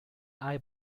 hay